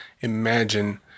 imagine